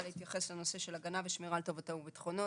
להתייחס לנושא של הגנה ושמירה על טובתו וביטחונו.